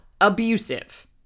abusive